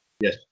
Yes